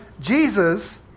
Jesus